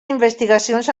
investigacions